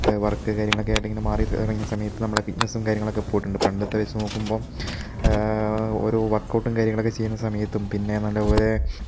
work കാര്യങ്ങളൊക്കെ ആയിട്ട് ഇങ്ങനെ മാറിയ ഇറങ്ങിയ സമയത്ത് നമ്മളെ ഫിറ്റ്നസും കാര്യങ്ങളൊക്കെ പോയിട്ടുണ്ട് പണ്ടത്തെ വെച്ച് നോക്കുമ്പോൾ ഓരോ വർക്ക് ഔട്ടും കാര്യങ്ങളൊക്കെ ചെയ്യുന്ന സമയത്തും പിന്നെ നല്ലപോലെ